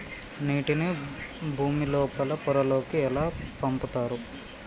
నీటిని భుమి లోపలి పొరలలోకి ఎట్లా పంపుతరు?